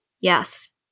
yes